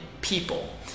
people